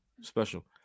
special